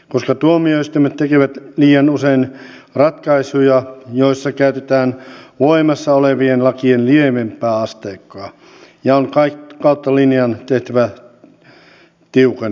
koska tuomioistuimet tekevät liian usein ratkaisuja joissa käytetään voimassa olevien lakien lievempää asteikkoa on kautta linjan tehtävä tiukennuksia